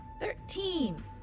Thirteen